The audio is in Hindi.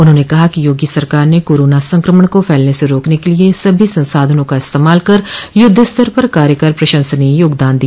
उन्होंने कहा कि योगी सरकार ने कोरोना संक्रमण को फैलने से रोकने के लिए सभी संसाधनों का इस्तेमाल कर युद्ध स्तर पर कार्य कर प्रशंसनीय योगदान दिया